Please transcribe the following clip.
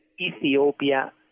Ethiopia